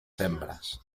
hembras